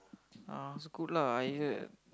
uh scoot lah I heard